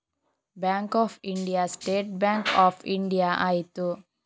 bank of India state bank of India ಆಯಿತು